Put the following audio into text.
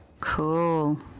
cool